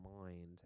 mind